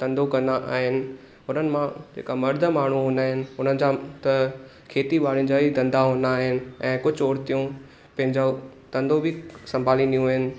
धंधो कंदा आहिनि हुननि मां जेका मर्द माण्हूं हूंदा आहिनि हुननि जा त खेती बाड़ीनि जा ही धंधा हूंदा आहिनि ऐं कुझु औरतियूं पंहिंजो धंधो बि संभालींदियूं आहिनि